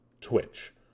Twitch